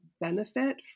benefit